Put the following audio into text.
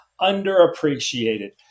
underappreciated